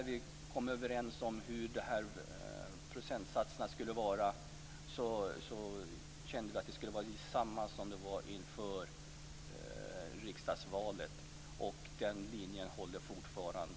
Vi kom fram till denna procentsats därför att vi vill ha samma procentsats som gäller för riksdagsvalet. Den linjen håller fortfarande.